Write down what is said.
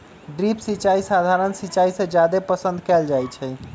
drip सिंचाई सधारण सिंचाई से जादे पसंद कएल जाई छई